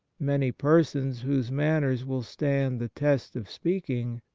many persons whose manners will stand the test of speak ing,